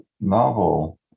novel